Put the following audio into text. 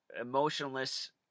emotionless